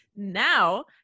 Now